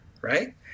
right